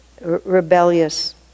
rebellious